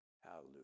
Hallelujah